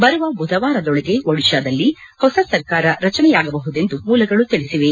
ಬರುವ ಬುಧವಾರದೊಳಗೆ ಒಡಿತ್ತಾದಲ್ಲಿ ಹೊಸ ಸರ್ಕಾರ ರಚನೆಯಾಗಬಹುದೆಂದು ಮೂಲಗಳು ತಿಳಿಸಿವೆ